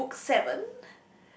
book seven